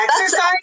exercise